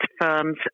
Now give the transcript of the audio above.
firms